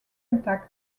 intact